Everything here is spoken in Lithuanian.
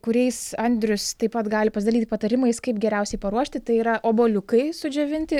kuriais andrius taip pat gali pasidalyti patarimais kaip geriausiai paruošti tai yra obuoliukai sudžiovinti